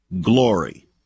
glory